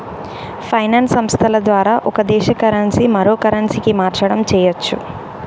finance సంస్థల ద్వారా ఒక దేశ కరెన్సీ మరో కరెన్సీకి మార్చడం చెయ్యచ్చు